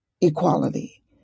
equality